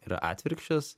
yra atvirkščias